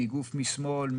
באיגוף משמאל,